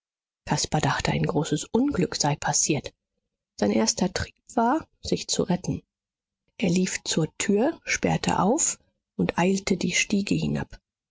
caspar dachte ein großes unglück sei passiert sein erster trieb war sich zu retten er lief zur tür sperrte auf und eilte die stiege hinab